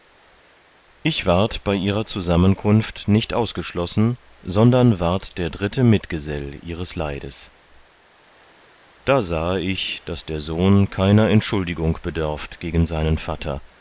ich ward bei ihrer zusammenkunft nicht ausgeschlossen sondern ward der dritte mitgesell ihres leides da sahe ich daß der sohn keiner entschuldigung bedörft gegen seinem vatter